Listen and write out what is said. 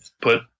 put